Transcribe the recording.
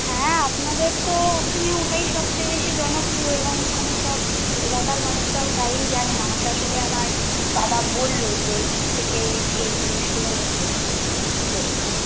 হ্যাঁ আপনাদের তো ওখানে ওটাই সবচেয়ে বেশি জনপ্রিয় এবং ওখানে সব এলাকার মানুষরা তাই জানে আমাকে আসলে আমার দাদা বলল যে এখান থেকে এই জিনিসগুলো নিতে তো